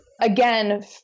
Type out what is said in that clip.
Again